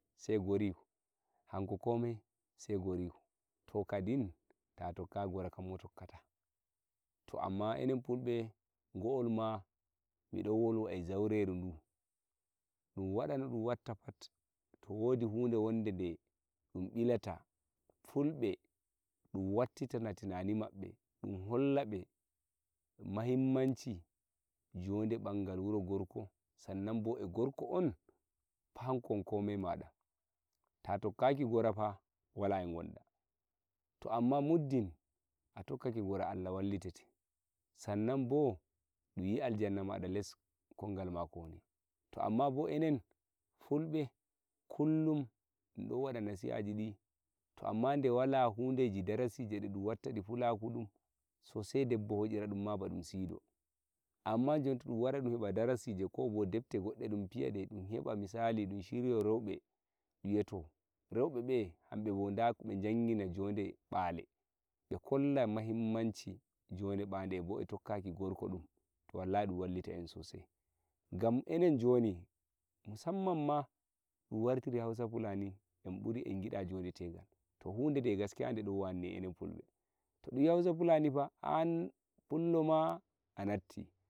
sei goriko hanko komei sei goriko to kadin ta tokkayi gora mo tokkata to amma enen fulbe ngo'ol ma mi don wolwa e zaureru ndu dum wada no dum watta pat to wodi hunde wonde nde dum mbilata fulbe dum wattita na tinani mabbe dum hollabe mahimmanci njode nbangal wuro gorko san nan bo e gorko on fa hanko won komai mada ta tokkaki gora fa wala e ngonda to amma muddin a tokkake gora Allah wallitete san nan bo dum wi aljanna mada less kongal mako woni to amma bo enen fulbe kullum dum don wada nasihaji di to amma nde wala hudeji darasije nde dum watta ndi pulaku dum so sei debbo hoyira dum ma ba dum sido amma njon to dum warai dum heba ba darasije ko bo depte godde dum fiya de dum heba misali dum shiryo reube dum wi'a to reube be hambe bo nda ko be njangina njode nbale nbe kolla mahimmanci njode nbale bo e tokkaki gorko dum to wallahi dum wallitai en so sai ngam enen njoni musamman ma dum wartiri hausa fulani en mburi en gida njode tegal to hunde de gaskiya nde don wanni'en enen fulbe to dum wi hausa fulani fa an fullo ma a natti